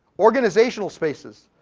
organizational spaces.